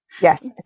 Yes